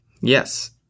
Yes